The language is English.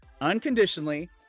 unconditionally